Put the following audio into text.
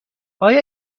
آیا